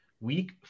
week